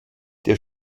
der